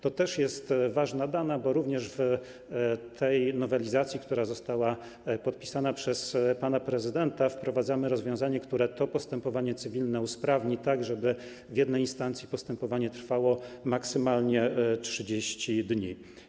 To też jest ważna informacja, bo w tej nowelizacji, która został podpisana przez pana prezydenta, wprowadzamy również rozwiązanie, które to postępowanie cywilne usprawni, tak żeby w jednej instancji postępowanie trwało maksymalnie 30 dni.